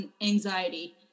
anxiety